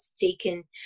taken